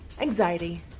anxiety